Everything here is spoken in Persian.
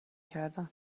کردن